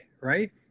right